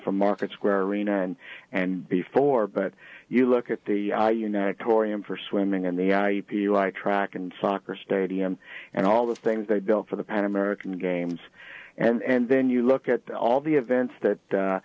from market square arena and and before but you look at the united torreon for swimming and the track and soccer stadium and all the things they built for the pan american games and then you look at all the events that